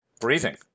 breathing